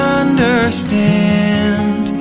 understand